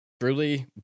truly